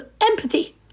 empathy